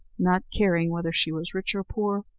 not caring whether she was rich or poor,